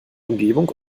umgebung